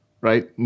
right